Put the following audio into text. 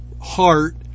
heart